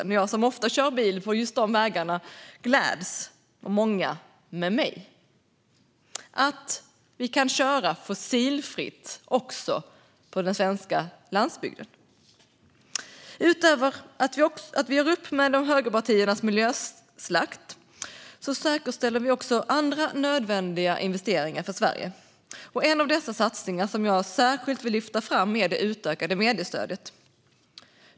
Jag och många med mig som ofta kör bil på just de vägarna gläds åt att kunna köra fossilfritt också på den svenska landsbygden. Höständringsbudget för 2019 Utöver att vi gör upp med högerpartiernas miljöslakt säkerställer vi andra nödvändiga investeringar för Sverige. En av dessa satsningar som jag särskilt vill lyfta fram är det utökade mediestödet.